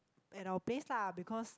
at our place lah because